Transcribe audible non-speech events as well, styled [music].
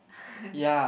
[laughs]